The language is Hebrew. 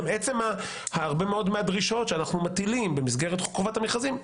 גם עצם הרבה מאוד מהדרישות שאנחנו מטילים במסגרת חוק חובת המכרזים,